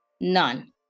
none